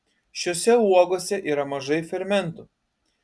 šiose uogose yra mažai fermentų